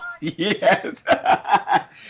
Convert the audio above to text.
Yes